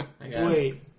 Wait